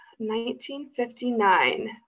1959